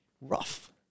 rough